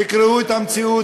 תקראו את המציאות,